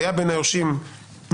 שהיה בין היורשים נעדר,